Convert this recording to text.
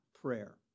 prayer